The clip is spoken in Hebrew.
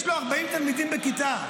יש לו 40 תלמידים בכיתה.